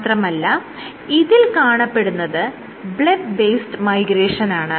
മാത്രമല്ല ഇതിൽ കാണപ്പെടുന്നത് ബ്ലെബ് ബേസ്ഡ് മൈഗ്രേഷനാണ്